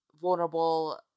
vulnerable